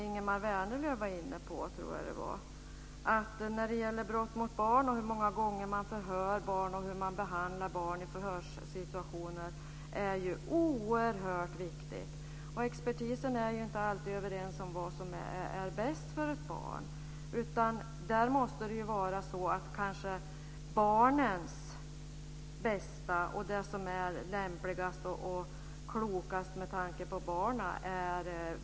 Ingemar Vänerlöv var inne på hur man behandlar barn i förhörssituationer, och det är oerhört viktigt. Expertisen är inte alltid överens om vad som är bäst för ett barn, men viktigare än något annat är ändå vad som är lämpligt och klokt för barnet.